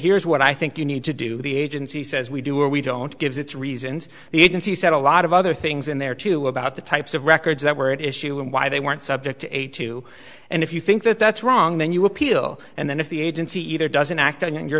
here's what i think you need to do the agency says we do or we don't gives its reasons the agency said a lot of other things in there too about the types of records that were at issue and why they weren't subject to a two and if you think that that's wrong then you appeal and then if the agency either doesn't act on your